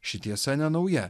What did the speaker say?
ši tiesa ne nauja